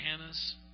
Hannah's